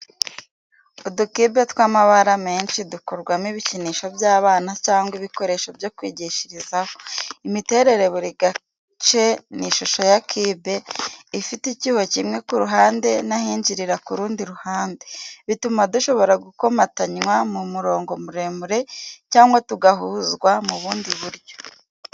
Uducube tw’amabara menshi dukorwamo ibikinisho by’abana cyangwa ibikoresho byo kwigishirizaho. Imiterere buri gace ni ishusho ya cube, ifite icyuho kimwe ku ruhande n’ahinjirira ku rundi ruhande, bituma dushobora gukomatanywa mu murongo muremure cyangwa tugahuzwa mu bundi buryo.